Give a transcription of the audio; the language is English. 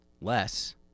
Less